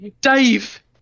dave